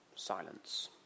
Silence